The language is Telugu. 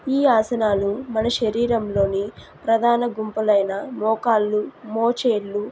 ఈ ఆసనాలు మన శరీరంలోని ప్రధాన గుంపులైన మోకాళ్ళు మోచేతులు